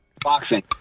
Boxing